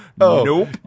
Nope